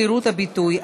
חירות הביטוי),